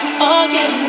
again